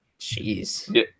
Jeez